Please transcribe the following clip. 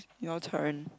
your turn